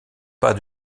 pas